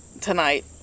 Tonight